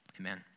amen